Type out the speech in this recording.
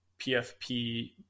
PFP